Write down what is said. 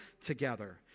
together